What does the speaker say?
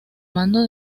mando